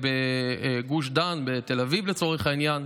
ובגוש דן, בתל אביב, לצורך העניין,